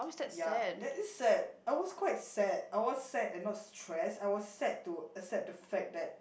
ya that is sad I was quite sad I was sad and not stress I was sad to accept the fact that